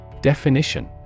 Definition